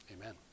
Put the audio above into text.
Amen